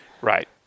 Right